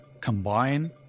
combine